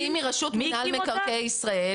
היא מרשות מינהל מקרקעי ישראל,